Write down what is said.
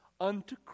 unto